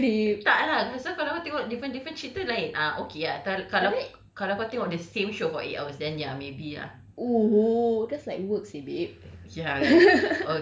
ya tak lah pasal kalau kau tengok different different cerita lain ah okay ah ta~ kalau kalau kau tengok the same show for eight hour then ya maybe ah